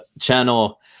channel